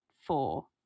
four